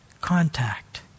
contact